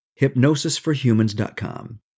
hypnosisforhumans.com